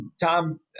Tom